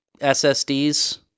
SSDs